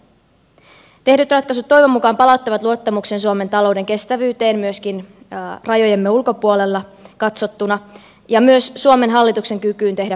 tehdyt ratkaisut toivon mukaan palauttavat luottamuksen suomen talouden kestävyyteen myöskin rajojemme ulkopuolella katsottuna ja myös suomen hallituksen kykyyn tehdä päätöksiä